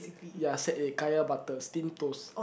ya set A kaya butter steam toast